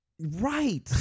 right